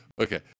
okay